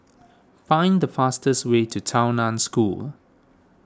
find the fastest way to Tao Nan School